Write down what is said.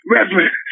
Reverend